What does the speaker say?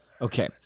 Okay